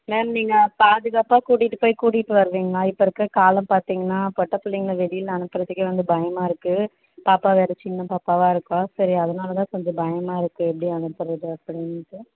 ma'am நீங்கள் பாதுகாப்பாக கூட்டிகிட்டு போய் கூட்டிகிட்டு வருவீங்களா இப்போ இருக்கிற காலம் பார்த்தீங்கன்னா பொட்டப்பிள்ளைங்கள வெளியில அனுப்புறதுக்கே வந்து பயமாக இருக்கு பாப்பா வேறு சின்ன பாப்பாவாக இருக்கா சரி அதனால் தான் கொஞ்சம் பயமாக இருக்கு எப்படி அனுப்புகிறது அப்படின்ட்டு